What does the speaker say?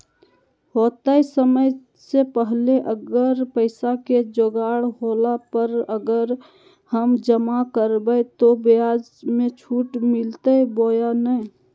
होतय समय से पहले अगर पैसा के जोगाड़ होला पर, अगर हम जमा करबय तो, ब्याज मे छुट मिलते बोया नय?